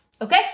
okay